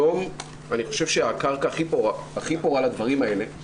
אני חושב שהקרקע הכי פורה לדברים האלה,